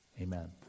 Amen